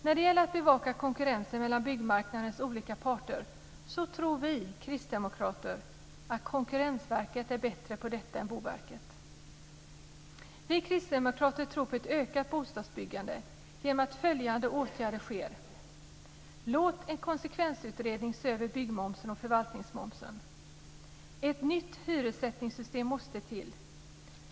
När det gäller att bevaka konkurrensen mellan byggmarknadens olika parter tror vi kristdemokrater att Konkurrensverket är bättre på detta än Boverket. Vi kristdemokrater tror på ett ökat bostadsbyggande genom att följande åtgärder sker: · Låt en konsekvensutredning se över byggmomsen och förvaltningsmomsen. · Ett nytt hyressättningssystem måste till.